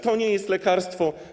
To nie jest lekarstwo.